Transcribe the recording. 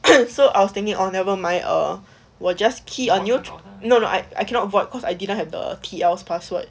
so I was thinking oh nevermind err 我 just key on no no I I cannot void cause I didn't have the T_L's password